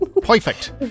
Perfect